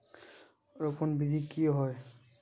रोपण विधि की होय?